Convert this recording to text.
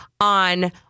on